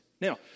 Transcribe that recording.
Now